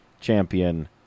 champion